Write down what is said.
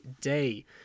day